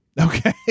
okay